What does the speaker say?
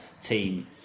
team